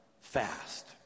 fast